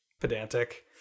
pedantic